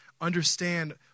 understand